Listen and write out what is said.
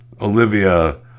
Olivia